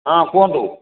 ହଁ କୁହନ୍ତୁ